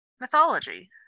mythology